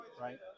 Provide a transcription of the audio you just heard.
Right